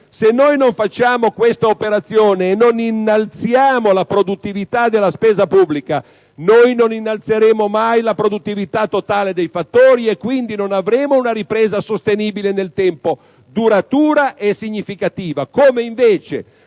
Se non facciamo questa operazione e non innalziamo la produttività della spesa pubblica, non innalzeremo mai la produttività totale dei fattori e, quindi, non avremo una ripresa sostenibile nel tempo, duratura e significativa,